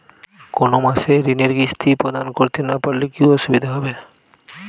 কোনো মাসে ঋণের কিস্তি প্রদান করতে না পারলে কি অসুবিধা হবে?